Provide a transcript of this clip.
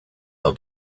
how